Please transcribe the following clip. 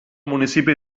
municipi